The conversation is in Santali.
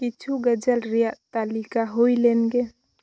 ᱠᱤᱪᱷᱩ ᱜᱟᱡᱚᱞ ᱨᱮᱭᱟᱜ ᱛᱟᱹᱞᱤᱠᱟ ᱦᱩᱭᱞᱮᱱ ᱜᱮ